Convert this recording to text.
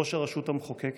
ראש הרשות המחוקקת,